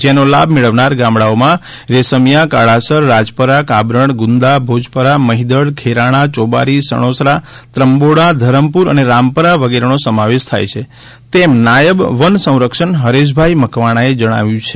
જેનો લાભ મેળવનાર ગામડાઓમાં રેશમિયા કાળાસર રાજપરા કાબરણ ગુંદા ભોજપરા મહિદડ ખેરાણા ચોબારી સણોસરા ત્રંબોડા ધરમપુર અને રામપરા વગેરેનો સમાવેશ થાય છે તેમ નાયબ વન સંરક્ષક હરેશભાઈ મકવાણાએ જણાવ્યું છે